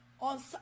on